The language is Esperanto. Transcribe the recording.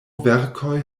verkoj